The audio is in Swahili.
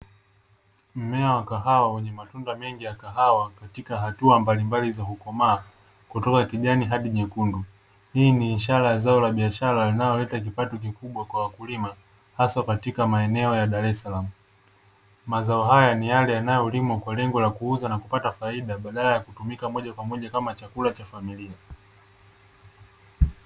Mmea wa kahawa wenye matunda mengi ya kahawa katika hatua mbalimbali za kukomaa kutoka kijani hadi nyekundu, hii ni ishara zao la biashara linaloleta kipato kikubwa kwa wakulima hasa katika maeneo ya dar es salaam, mazao haya ni yale yanayolimwa kwa lengo la kuuza na kupata faida badala ya kutumika moja kwa moja kama chakula cha familia.